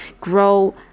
grow